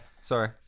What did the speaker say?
Sorry